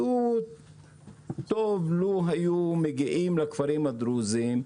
תגיע לכפרים הדרוזים,